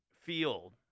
field